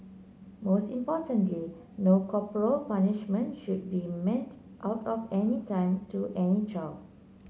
most importantly no corporal punishment should be meted out at any time to any child